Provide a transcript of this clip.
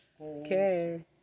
Okay